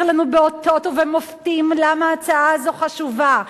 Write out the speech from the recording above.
לנו באותות ובמופתים למה ההצעה הזו חשובה,